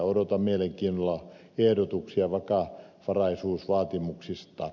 odotan mielenkiinnolla ehdotuksia vakavaraisuusvaatimuksista